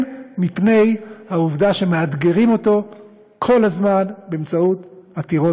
מפני העובדה שמאתגרים אותו כל הזמן באמצעות עתירות